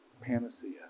panacea